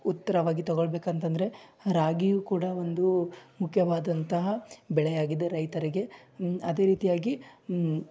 ಉತ್ತರವಾಗಿ ತಗೊಳ್ಬೇಕಂತಂದರೆ ರಾಗಿಯೂ ಕೂಡ ಒಂದು ಮುಖ್ಯವಾದಂತಹ ಬೆಳೆಯಾಗಿದ್ದು ರೈತರಿಗೆ ಅದೇ ರೀತಿಯಾಗಿ